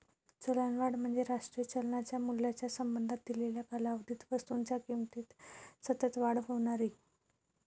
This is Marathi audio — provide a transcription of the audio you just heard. चलनवाढ म्हणजे राष्ट्रीय चलनाच्या मूल्याच्या संबंधात दिलेल्या कालावधीत वस्तूंच्या किमतीत सतत होणारी वाढ